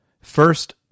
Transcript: First